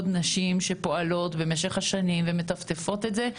נשים שפועלות במשך השנים ומטפטפות את זה,